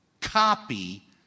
copy